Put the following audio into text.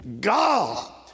God